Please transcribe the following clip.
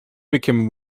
became